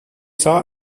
saw